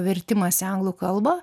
vertimas į anglų kalbą